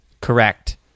Correct